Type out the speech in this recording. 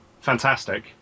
fantastic